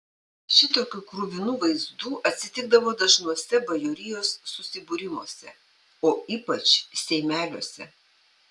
šitokių kruvinų vaizdų atsitikdavo dažnuose bajorijos susibūrimuose o ypač seimeliuose